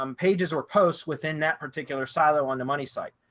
um pages or posts within that particular silo on the money site.